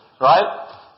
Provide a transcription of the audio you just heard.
right